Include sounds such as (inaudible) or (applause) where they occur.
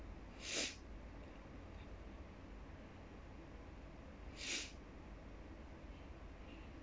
(breath) (breath)